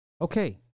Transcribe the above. Okay